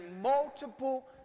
multiple